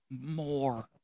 more